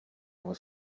over